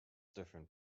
different